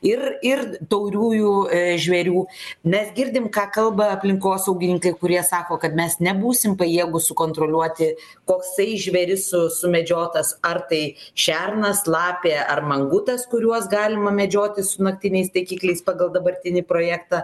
ir ir tauriųjų žvėrių mes girdim ką kalba aplinkosaugininkai kurie sako kad mes nebūsim pajėgūs sukontroliuoti koksai žvėris su sumedžiotas ar tai šernas lapė ar mangutas kuriuos galima medžioti su naktiniais taikikliais pagal dabartinį projektą